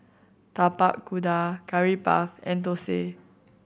Tapak Kuda Curry Puff and thosai